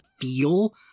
feel